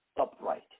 upright